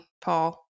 Paul